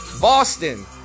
Boston